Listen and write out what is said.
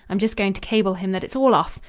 i'm just going to cable him that it's all off.